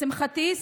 לשמחתי,